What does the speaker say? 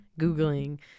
Googling